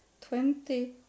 twenty